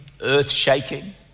earth-shaking